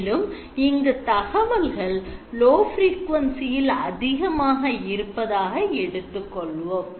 மேலும் இங்கு தகவல்கள் low frequency இல் அதிகமாக இருப்பதாக எடுத்துக்கொள்வோம்